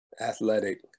athletic